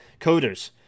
coders